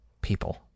people